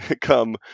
come